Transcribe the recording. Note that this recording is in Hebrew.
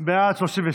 להצביע.